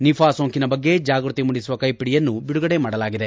Nipah ಸೋಂಕಿನ ಬಗ್ಗೆ ಜಾಗೃತಿ ಮೂಡಿಸುವ ಕೈಪಿಡಿಯನ್ನು ಬಿಡುಗಡೆ ಮಾಡಲಾಗಿದೆ